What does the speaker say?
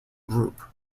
group